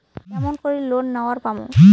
কেমন করি লোন নেওয়ার পামু?